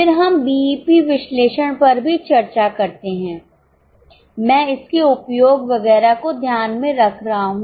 फिर हम बीईपी विश्लेषण पर भी चर्चा करते हैं मैं इसके उपयोग वगैरह को ध्यान में रख रहा हूँ